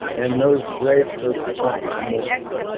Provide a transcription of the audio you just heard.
and those grapes are plump and moist.